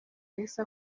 yahise